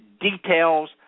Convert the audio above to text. details